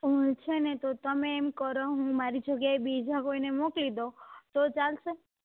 ઓમે છેને તો તમે એમ કરો હું મારી જગ્યાએ બીજા કોઈને મોકલી દઉં તો ચાલશે